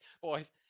boys